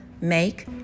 Make